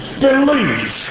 believe